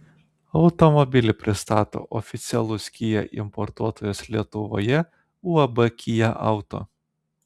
automobilį pristato oficialus kia importuotojas lietuvoje uab kia auto